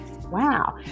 wow